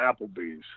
Applebee's